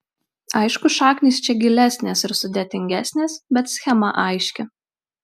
aišku šaknys čia gilesnės ir sudėtingesnės bet schema aiški